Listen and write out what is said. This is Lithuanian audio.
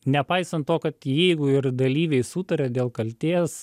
nepaisan to kad jeigu ir dalyviai sutaria dėl kaltės